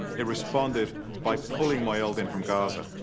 they responded by pulling mohyeldin from gaza.